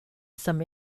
some